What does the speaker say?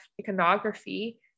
iconography